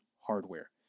hardware